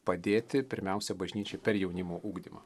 padėti pirmiausia bažnyčiai per jaunimo ugdymą